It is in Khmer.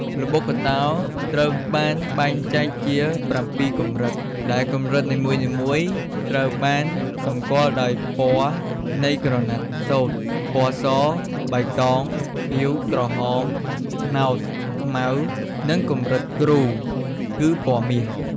ល្បុក្កតោត្រូវបានបែងចែកជា ៧ កម្រិត ដែលកម្រិតនីមួយៗត្រូវបានសម្គាល់ដោយពណ៌នៃក្រណាត់សូត្រ ពណ៌ស បៃតង ខៀវ ក្រហម ត្នោត ខ្មៅ និងកម្រិតគ្រូ គឺពណ៌មាស។